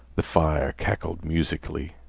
the fire cackled musically.